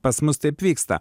pas mus taip vyksta